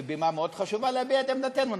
זו בימה מאוד חשובה להביע בה את עמדתנו.